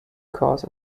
course